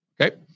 okay